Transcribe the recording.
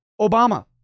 Obama